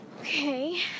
Okay